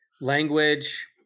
language